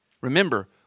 Remember